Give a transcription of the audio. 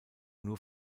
nur